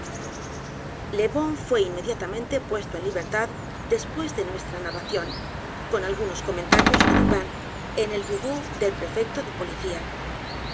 le bon fué inmediatamente puesto en libertad d e s pués de nuestra narración con algunos comentariosde dupin e n el burean del prefecto de policía